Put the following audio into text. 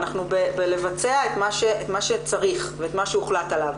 אנחנו בלבצע את מה שצריך ואת מה שהוחלט עליו.